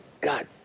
God